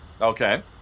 Okay